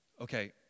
okay